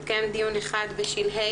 התקיים דיון אחד בשלהי